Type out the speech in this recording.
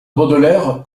baudelaire